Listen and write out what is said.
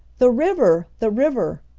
the river! the river!